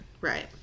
Right